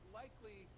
likely